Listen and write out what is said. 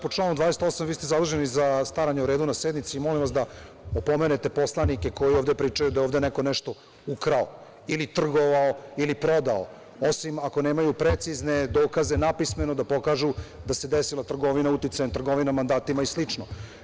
Po članu 28. vi ste zaduženi za staranje o redu na sednici, molim vas da opomenete poslanike koji ovde pričaju da je ovde neko nešto ukrao, trgovao ili prodao, osim ako nemaju precizne dokaze napismeno da pokažu da se desila trgovina uticajem, trgovina mandatima i slično.